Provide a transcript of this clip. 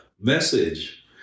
message